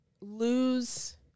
lose